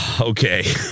Okay